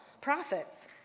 profits